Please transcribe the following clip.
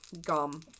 gum